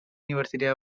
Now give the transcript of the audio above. university